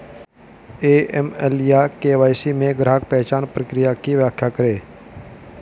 AML या KYC में ग्राहक पहचान प्रक्रिया की व्याख्या करें?